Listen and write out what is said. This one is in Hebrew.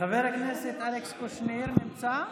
חבר הכנסת אלכס קושניר, נמצא?